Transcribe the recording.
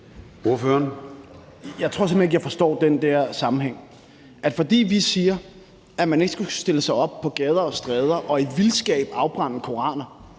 Jeg tror simpelt hen ikke, jeg forstår den der sammenhæng. Fordi vi siger, at man ikke skal stille sig op på gader og stræder og i vildskab afbrænde koraner,